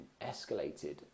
escalated